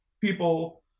people